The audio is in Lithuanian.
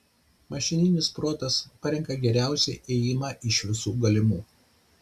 mašininis protas parenka geriausią ėjimą iš visų galimų